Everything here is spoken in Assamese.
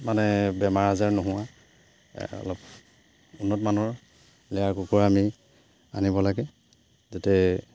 মানে বেমাৰ আজাৰ নোহোৱা অলপ উন্নত মানৰ লেয়াৰ কুকুৰ আমি আনিব লাগে যাতে